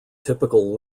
typical